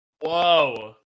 whoa